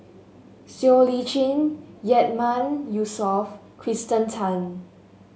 Siow Lee Chin Yatiman Yusof Kirsten Tan